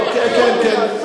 כן כן,